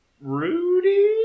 Rudy